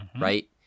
right